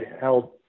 held